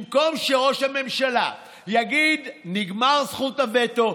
במקום שראש הממשלה יגיד: נגמרה זכות הווטו,